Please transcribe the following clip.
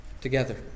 Together